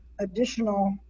additional